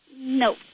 No